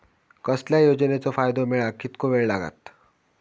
कसल्याय योजनेचो फायदो मेळाक कितको वेळ लागत?